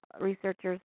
researchers